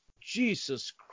Jesus